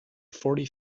forty